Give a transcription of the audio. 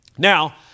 Now